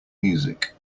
music